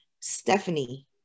Stephanie